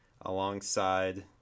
alongside